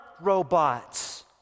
robots